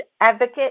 advocate